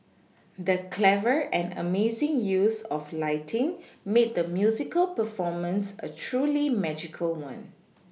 the clever and amazing use of lighting made the musical performance a truly magical one